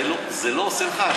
זה לא עושה לך תחושה קשה?